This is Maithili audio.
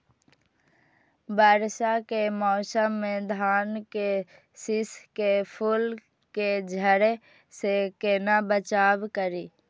वर्षा के मौसम में धान के शिश के फुल के झड़े से केना बचाव करी?